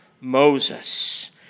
Moses